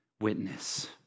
witness